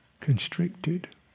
Constricted